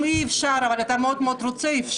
אם אי-אפשר אבל אתה מאוד מאוד רוצה אז אפשר.